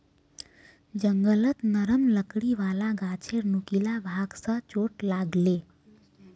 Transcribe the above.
जंगलत नरम लकड़ी वाला गाछेर नुकीला भाग स चोट लाग ले